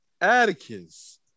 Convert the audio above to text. Atticus